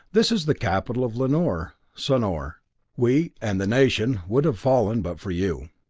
this is the capital of lanor, sonor. we and the nation would have fallen but for you.